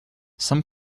some